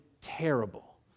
terrible